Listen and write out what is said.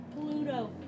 Pluto